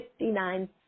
59